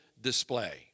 display